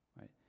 right